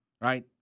right